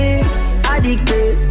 Addicted